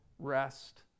Rest